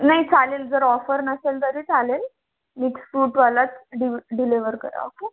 नाही चालेल जर ऑफर नसेल तरी चालेल मिक्स फ्रूटवालाच डि डिलेवर करा ओके